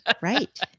right